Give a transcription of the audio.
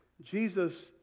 Jesus